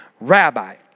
Rabbi